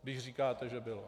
Když říkáte, že bylo.